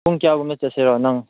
ꯄꯨꯡ ꯀꯌꯥꯒꯨꯝꯕꯗ ꯆꯠꯁꯤꯔꯥ ꯅꯪ